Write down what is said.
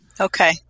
okay